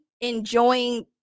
enjoying